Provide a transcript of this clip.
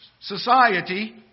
society